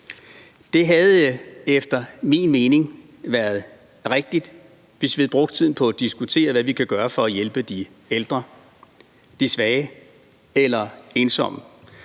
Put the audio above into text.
Det havde efter min mening være rigtigt, hvis vi havde brugt tiden på at diskutere, hvad vi kan gøre for at hjælpe de ældre, de svage eller ensomme.